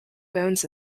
bones